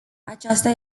aceasta